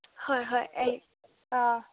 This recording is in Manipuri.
ꯍꯣꯏ ꯍꯣꯏ ꯑꯩ ꯑꯥ